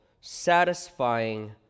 satisfying